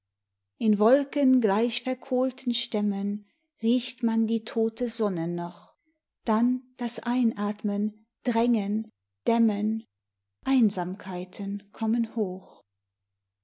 in wolken gleich verkohlten stämmen riecht man die tote sonne noch dann das einatmen drängen dämmen einsamkeiten kommen hoch